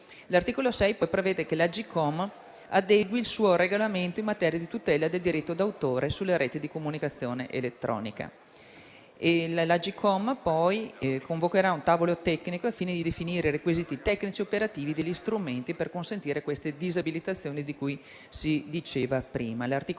L'articolo 6 prevede che l'Agcom adegui il suo regolamento in materia di tutela del diritto d'autore sulle reti di comunicazione elettronica. L'Agcom poi convocherà un tavolo tecnico al fine di definire i requisiti tecnici e operativi degli strumenti per consentire le disabilitazioni di cui si diceva prima.